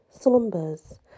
slumbers